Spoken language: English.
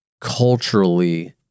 culturally